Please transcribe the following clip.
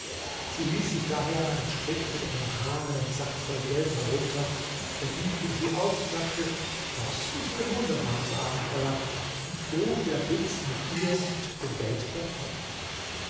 sie ließ sich daher an einem strick mit einem haarenen sack voll geld herunter der dieb fing sie auf und dachte das ist ein wunderbares abenteuer und floh wie der blitz mit ihr und dem geld davon